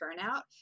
turnout